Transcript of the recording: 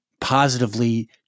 positively